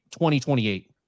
2028